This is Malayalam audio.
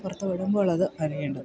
പുറത്ത് വിടുമ്പോഴത് അറിയേണ്ടത്